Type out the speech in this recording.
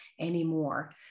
anymore